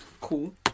cool